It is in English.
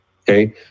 Okay